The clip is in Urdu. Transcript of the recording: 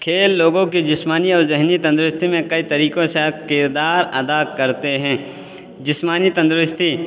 کھیل لوگوں کی جسمانی اور ذہنی تندرستی میں کئی طریقوں سا کردار ادا کرتے ہیں جسمانی تندرستی